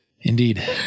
Indeed